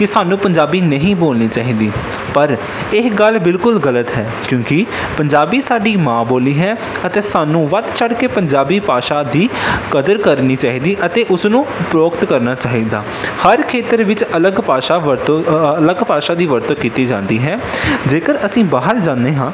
ਕਿ ਸਾਨੂੰ ਪੰਜਾਬੀ ਨਹੀਂ ਬੋਲਣੀ ਚਾਹੀਦੀ ਪਰ ਇਹ ਗੱਲ ਬਿਲਕੁਲ ਗਲਤ ਹੈ ਕਿਉਂਕਿ ਪੰਜਾਬੀ ਸਾਡੀ ਮਾਂ ਬੋਲੀ ਹੈ ਅਤੇ ਸਾਨੂੰ ਵੱਧ ਚੜ ਕੇ ਪੰਜਾਬੀ ਭਾਸ਼ਾ ਦੀ ਕਦਰ ਕਰਨੀ ਚਾਹੀਦੀ ਅਤੇ ਉਸ ਨੂੰ ਉਪਰੋਕਤ ਕਰਨਾ ਚਾਹੀਦਾ ਹਰ ਖੇਤਰ ਵਿੱਚ ਅਲੱਗ ਭਾਸ਼ਾ ਵਰਤੋਂ ਅਲੱਗ ਭਾਸ਼ਾ ਦੀ ਵਰਤੋਂ ਕੀਤੀ ਜਾਂਦੀ ਹੈ ਜੇਕਰ ਅਸੀਂ ਬਾਹਰ ਜਾਂਦੇ ਹਾਂ